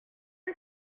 une